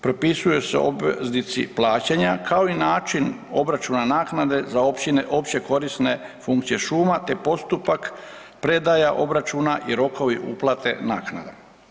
Propisuju se obveznici plaćanja kao i način obračuna naknade za opće korisne funkcije šuma, te postupak predaja obračuna i rokovi uplate naknada.